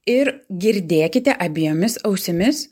ir girdėkite abiejomis ausimis